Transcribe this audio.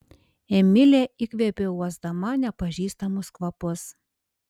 emilė įkvėpė uosdama nepažįstamus kvapus